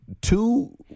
two